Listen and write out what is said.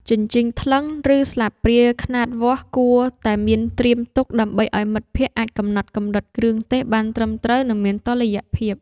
ជញ្ជីងថ្លឹង ឬស្លាបព្រាខ្នាតវាស់ គួរតែមានត្រៀមទុកដើម្បីឱ្យមិត្តភក្តិអាចកំណត់កម្រិតគ្រឿងទេសបានត្រឹមត្រូវ និងមានតុល្យភាព។